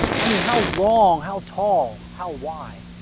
i mean, how long? how tall? how wide?